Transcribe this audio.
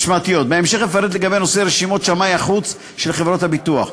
בהמשך אפרט לגבי נושא רשימות שמאי החוץ של חברות הביטוח.